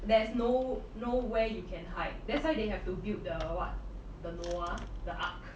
there's no nowhere you can hide that's why they have to build the what the noah the ark